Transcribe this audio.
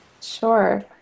Sure